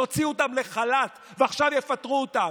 שהוציאו אותן לחל"ת ועכשיו יפטרו אותן?